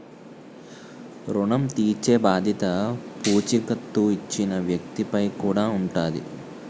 ఋణం తీర్చేబాధ్యత పూచీకత్తు ఇచ్చిన వ్యక్తి పై కూడా ఉంటాది